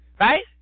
right